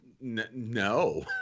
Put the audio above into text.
no